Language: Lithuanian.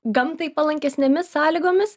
gamtai palankesnėmis sąlygomis